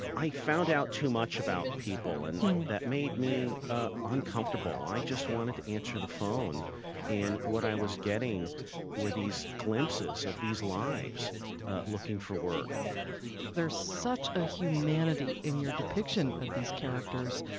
i found out too much about people and that made me ah uncomfortable. i just wanted to answer the phone and what i was getting were these glimpses of these lives looking for work there's such a humanity in your depiction of these characters,